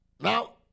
Now